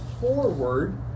forward